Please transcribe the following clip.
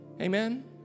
Amen